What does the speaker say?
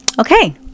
Okay